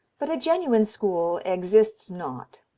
but a genuine school exists not.